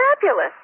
fabulous